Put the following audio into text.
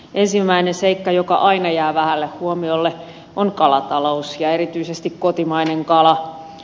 ensimmäinen seikka joka aina jää vähälle huomiolle on kalatalous ja erityisesti kotimainen kala